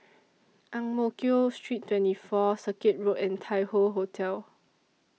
Ang Mo Kio Street twenty four Circuit Road and Tai Hoe Hotel